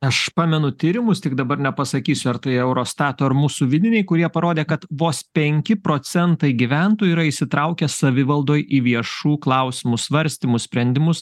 aš pamenu tyrimus tik dabar nepasakysiu ar tai eurostato ar mūsų vidiniai kurie parodė kad vos penki procentai gyventojų yra įsitraukę savivaldoj į viešų klausimų svarstymus sprendimus